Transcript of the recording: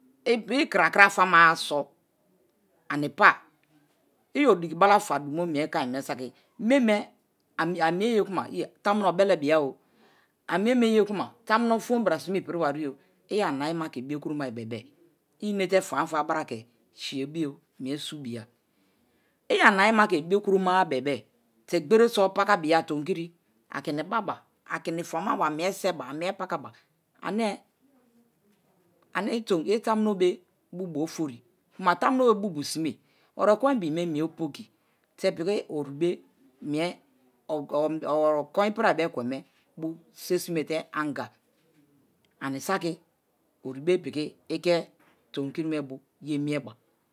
ikrakraa famara so̱ ani̱pa iyodi̱balaka dumo mie kin mi̱e saki̱ meme̱ ami̱e̱ye kuma tamu̱no̱ oble̱le̱bia-o, amie̱me ye̱ku̱ma tamuno fom ba̱ra̱ sime̱ ipirwario, iyanayima ke̱ biokromari be̱be̱e̱ i̱ inete̱ fian fian ba̱ra̱ me̱ siye̱ bio mie̱ su biya. Iyanayima ke̱ biokromara be̱be̱ te̱ gbere so̱pakabia tomikiri, akini baba, akini famaba mie se̱ba mie pakaba ane̱ ane̱ ane i̱to tamunobe̱ bubo ofori, ku̱ma tamunobe bubo sinie, oro e̱kwe̱n bibime̱ mi̱e̱ poki, te̱ piki oribe̱ mie okon ipiribe ekwenme bo sesine te̱ anga, anisaki oribe piki ike̱ tomikirimebo ye̱ mie̱ ba.